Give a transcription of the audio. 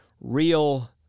real